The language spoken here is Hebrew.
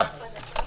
הישיבה ננעלה בשעה